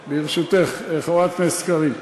ברשותך, חברת הכנסת קארין.